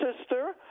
sister